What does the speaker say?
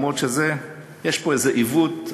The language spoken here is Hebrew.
למרות שיש פה איזה עיוות.